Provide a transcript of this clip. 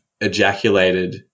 ejaculated